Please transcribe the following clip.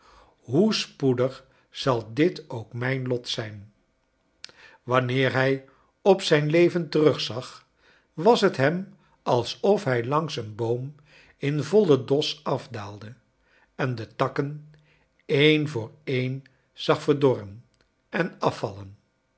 hoe spoedig zal dit ook mijn lot zijn wanneer hij op zijn leven terugzag was t hem alsof hij langs een boom in vollen dos afdaalde en de takken een voor een zag verdorren en afvallen